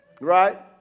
right